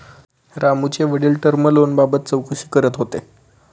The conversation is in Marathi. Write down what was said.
रामूचे वडील टर्म लोनबाबत चौकशी करत होते